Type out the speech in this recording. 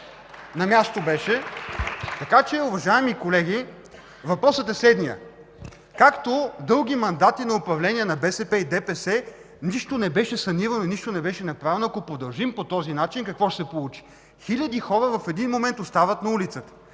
На място беше. Уважаеми колеги, въпросът е следният. Както дълги мандати на управление на БСП и ДПС нищо не беше санирано и нищо не беше направено, ако продължим по този начин, какво ще се получи? Хиляди хора в един момент остават на улицата.